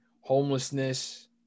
homelessness